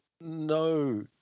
No